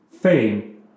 fame